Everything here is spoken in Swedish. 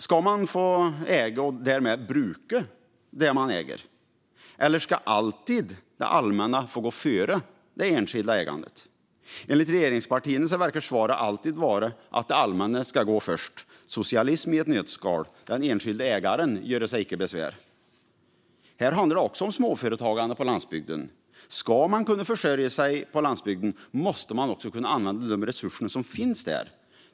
Ska man få äga och därmed bruka det man äger? Eller ska alltid det allmänna ska gå före det enskilda ägandet? Enligt regeringspartierna verkar svaret alltid vara att det allmänna ska gå först. Det är socialism i ett nötskal. Den enskilde ägaren göre sig icke besvär. Här handlar det också om småföretagande på landsbygden. Ska man kunna försörja sig på landsbygden måste man också kunna använda de resurser som finns där.